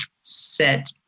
set